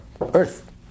earth